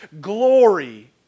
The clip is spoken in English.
glory